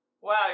Wow